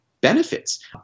benefits